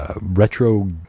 retro